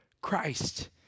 Christ